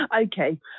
okay